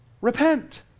repent